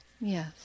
yes